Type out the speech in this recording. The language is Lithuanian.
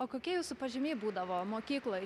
o kokie jūsų pažymiai būdavo mokykloj